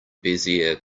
bezier